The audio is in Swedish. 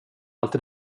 alltid